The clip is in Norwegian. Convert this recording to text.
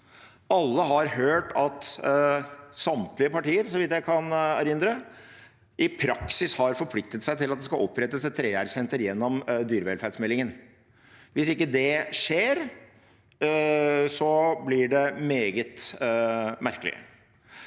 alle har hørt at samtlige partier, så vidt jeg kan erindre, i praksis har forpliktet seg til at det skal opprettes et 3R-senter i forbindelse med behandling av dyrevelferdsmeldingen. Hvis ikke det skjer, blir det meget merkelig.